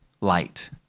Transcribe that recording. Light